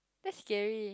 that's scary